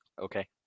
okay